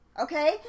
okay